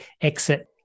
exit